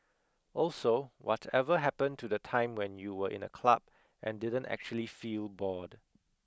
also whatever happened to the time when you were in a club and didn't actually feel bored